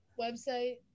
website